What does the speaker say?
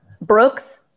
Brooks